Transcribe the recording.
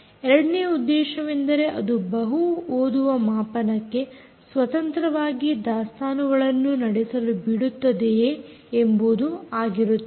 ಎರಡನೆಯ ಉದ್ದೇಶವೆಂದರೆ ಅದು ಬಹು ಓದುವ ಮಾಪನಕ್ಕೆ ಸ್ವತಂತ್ರವಾಗಿ ದಾಸ್ತಾನುಗಳನ್ನು ನಡೆಸಲು ಬಿಡುತ್ತದೆಯೇ ಎಂಬುದು ಆಗಿರುತ್ತದೆ